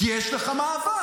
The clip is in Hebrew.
כי יש לך מאבק.